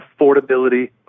affordability